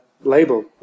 label